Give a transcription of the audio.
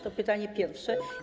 To pytanie pierwsze.